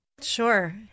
Sure